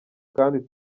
kandi